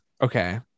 Okay